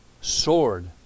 Sword